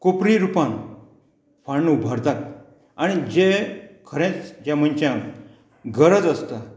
कोपरी रुपान फंड उभारतात आनी जे खरेंच ज्या मनशांक गरज आसता